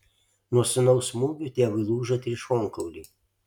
nuo sūnaus smūgių tėvui lūžo trys šonkauliai